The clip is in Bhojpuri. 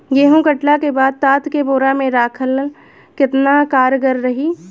गेंहू कटला के बाद तात के बोरा मे राखल केतना कारगर रही?